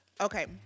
Okay